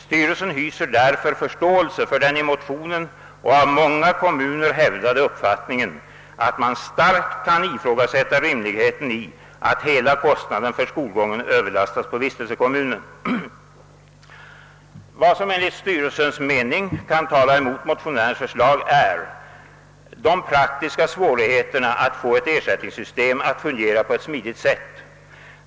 Styrelsen hyser därför förståelse för den i motionen och av många kommuner hävdade uppfattningen, att man starkt kan ifrågasätta rimligheten i att hela kostnaden för skolgången överlastas på vistelsekommunen, Vad som enligt styrelsens mening kan tala emot motionärernas förslag är de praktiska svårigheterna att få ett ersättningssystem att fungera på ett smidigt sätt.